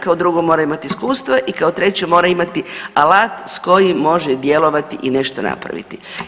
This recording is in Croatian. Kao drugo mora imati iskustva i kao treće mora imati alat s kojim može djelovati i nešto napraviti.